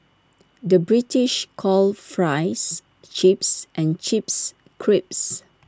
the British calls Fries Chips and chips crips